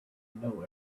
know